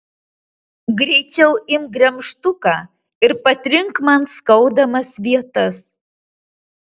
greičiau imk gremžtuką ir patrink man skaudamas vietas